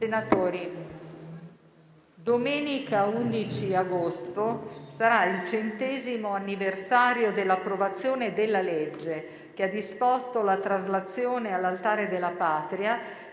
Senatori, il prossimo 11 agosto sarà il centesimo anniversario della promulgazione della legge che ha disposto la traslazione all'Altare della Patria